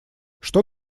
что